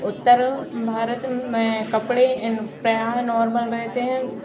उत्तर भारत में कपड़े यह प्रयास नॉर्मल रहते हैं